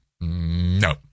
No